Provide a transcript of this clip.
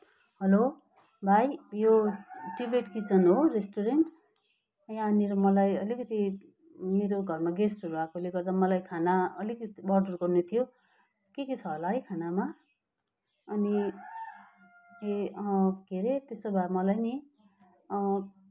hello भाइ यो Tibet kitchen हो रेस्टुरेन्ट यहाँनिर मलाई अलिकति मेरो घरमा गेस्टहरू आएकोले गर्दा मलाई खाना अलिकति अर्डर गर्नु थियो के के छ होला है खानामा अनि ए के अरे त्यसो भए मलाई नि